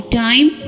time